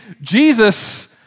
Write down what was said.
Jesus